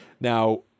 Now